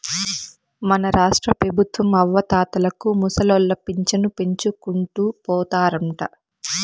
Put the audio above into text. మన రాష్ట్రపెబుత్వం అవ్వాతాతలకు ముసలోళ్ల పింఛను పెంచుకుంటూ పోతారంట